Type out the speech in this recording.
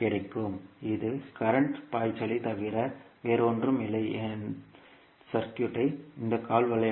கிடைக்கும் இது தற்போதைய பாய்ச்சலைத் தவிர வேறொன்றுமில்லை சுற்று இந்த கால் வழியாக